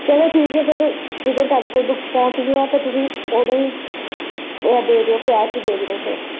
ਚਲੋ ਠੀਕ ਹੈ ਸਰ ਜਦੋਂ ਤੁਹਾਡੇ ਕੋਲ ਬੁੱਕਸ ਪਹੁੰਚ ਗਈਆਂ ਤਾਂ ਤੁਸੀਂ ਉਦੋਂ ਹੀ ਦੇ ਦਿਓ ਕੈਸ ਦੇ ਦਿਓ ਫੇਰ